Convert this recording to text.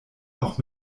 auch